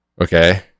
Okay